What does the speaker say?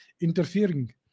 interfering